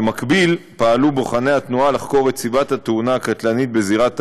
במקביל פעלו בוחני התנועה לחקור את סיבת התאונה הקטלנית בזירת האירוע,